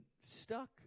stuck